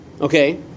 Okay